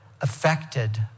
affected